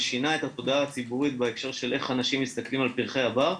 ושינה את התודעה הציבורית בהקשר של איך אנשים מסתכלים על פרחי הבר.